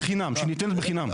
בחינם, שניתנת בחינם.